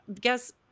Guess